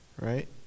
right